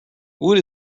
wood